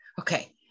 Okay